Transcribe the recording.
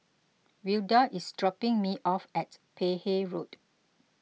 Wilda is dropping me off at Peck Hay Road